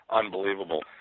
unbelievable